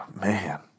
man